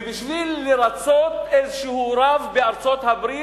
ובשביל לרצות איזה רב בארצות-הברית,